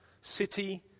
city